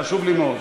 חשוב לי מאוד.